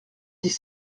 dix